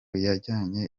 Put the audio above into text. yajyanye